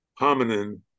hominin